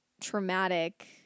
traumatic